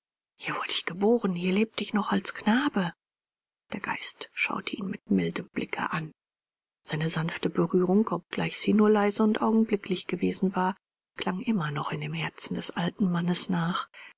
hier wurde ich geboren hier lebte ich noch als knabe der geist schaute ihn mit mildem blicke an seine sanfte berührung obgleich sie nur leise und augenblicklich gewesen war klang immer noch in dem herzen des alten mannes nach